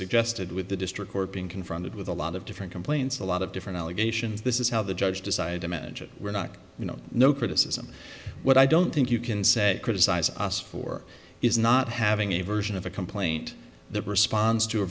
suggested with the district court being confronted with a lot of different complaints a lot of different allegations this is how the judge decided to manage it we're not you know no criticism but i don't think you can say criticize us for is not having a version of a complaint that responds to